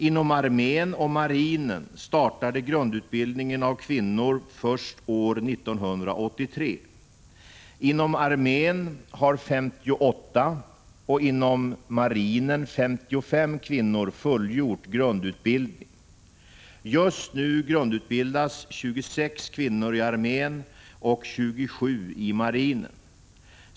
Inom armén och marinen startade grundutbildningen av kvinnor först år 1983. Inom armén har 58 och inom marinen 55 kvinnor fullgjort grundutbildning. Just nu grundutbildas 26 kvinnor i armén och 27 i marinen.